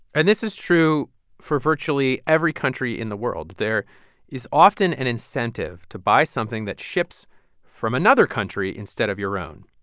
and this is true for virtually every country in the world. there is often an incentive to buy something that ships from another country instead of your own.